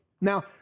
Now